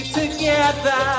together